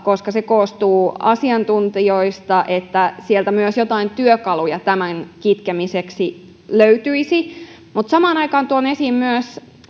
koska se koostuu asiantuntijoista niin sieltä myös joitakin työkaluja tämän kitkemiseksi löytyisi mutta samaan aikaan tuon esiin myös